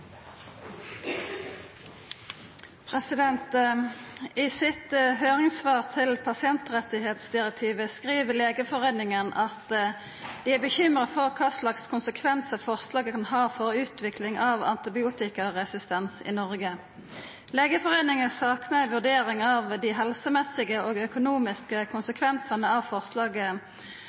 endringer i den oppsatte spørsmålslisten. «I sitt høyringssvar til pasientrettighetsdirektivet skriv Legeforeningen at dei er bekymra for kva slags konsekvensar forslaget kan ha for utvikling av antibiotikaresistens i Noreg. Legeforeningen saknar ei vurdering av dei helsemessige og økonomiske konsekvensane forslaget